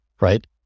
right